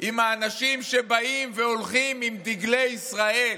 עם האנשים שבאים והולכים עם דגלי ישראל,